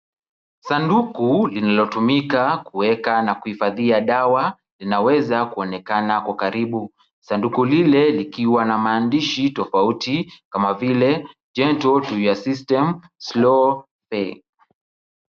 Sanduku lililotumika kuweka na kuhifadhia dawa, linaweza kuonekana kwa karibu. Sanduku lile likiwa na maandishi tofauti kama vile gentle to your system, slow Fe .